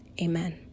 amen